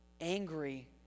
angry